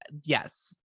yes